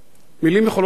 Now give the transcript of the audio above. מלים יכולות להרוג.